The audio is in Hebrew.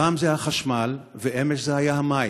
הפעם זה החשמל, ואמש זה היה המים.